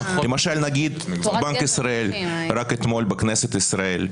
למשל בנק ישראל שרק אתמול בכנסת ישראל,